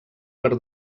per